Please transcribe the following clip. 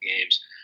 games